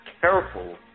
careful